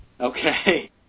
Okay